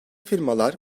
firmalar